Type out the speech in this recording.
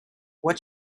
what